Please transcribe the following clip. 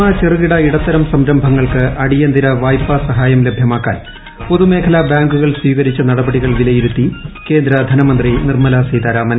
സുക്ഷ്മ ചെറുകിട ഇട്ത്ത്രം സംരംഭങ്ങൾക്ക് അടിയന്തിര വായ്പാ സഹായം ലഭ്യ്മാക്കാൻ പൊതുമേഖലാ ബാങ്കുകൾ സ്വീകരിച്ച നടപടിക്കൾ വിലയിരുത്തി കേന്ദ്ര ധനമന്ത്രി നിർമല സീതാരാമൻ